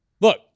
look